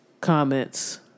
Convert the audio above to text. Comments